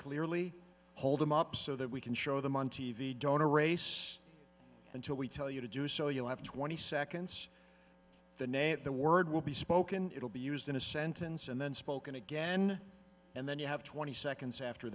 clearly hold them up so that we can show them on t v don't erase until we tell you to do so you'll have twenty seconds the name of the word will be spoken it will be used in a sentence and then spoken again and then you have twenty seconds after